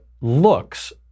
looks